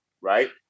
Right